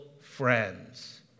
friends